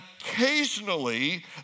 occasionally